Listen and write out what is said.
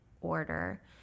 order